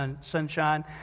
sunshine